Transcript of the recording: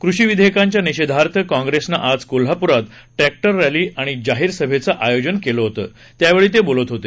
कृषी विधेयकांच्या निषेधार्थ काँप्रेसनं आज कोल्हापुरात ट्रछ्छिर रस्ती आणि जाहीर सभेचं आयोजन केलं होतं त्यावेळी ते बोलत होते